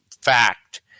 fact